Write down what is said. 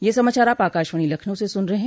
ब्रे क यह समाचार आप आकाशवाणी लखनऊ से सुन रहे हैं